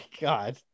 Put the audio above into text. god